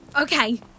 okay